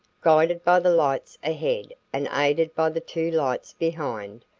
guided by the lights ahead and aided by the two lights behind,